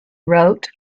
wrote